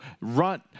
runt